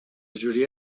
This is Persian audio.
جوری